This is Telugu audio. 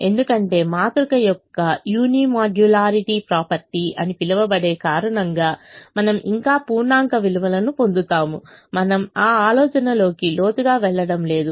ఎందుకంటే మాతృక యొక్క యూనిమోడ్యులారిటీ ప్రాపర్టీ అని పిలవబడే కారణంగా మనం ఇంకా పూర్ణాంక విలువలను పొందుతాము మనము ఆ ఆలోచనలోకి లోతుగా వెళ్ళడం లేదు